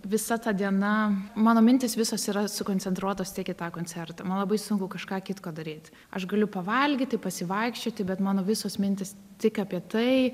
visa ta diena mano mintys visos yra sukoncentruotos tiek į tą koncertą man labai sunku kažką kitko daryt aš galiu pavalgyti pasivaikščioti bet mano visos mintys tik apie tai